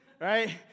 Right